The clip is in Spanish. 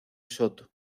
soto